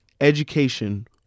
education